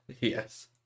yes